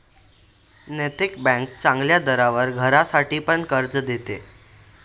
नैतिक बँक चांगल्या दरावर घरासाठी पण कर्ज देते